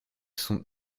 sont